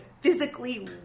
physically